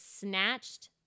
snatched